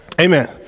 Amen